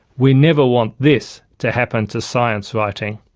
we never want this to happen to science writing